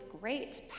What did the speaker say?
great